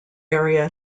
area